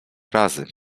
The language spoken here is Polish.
razy